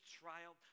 trial